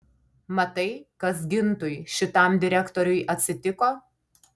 matai kas gintui šitam direktoriui atsitiko